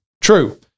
True